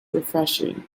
refreshing